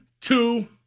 two